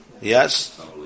yes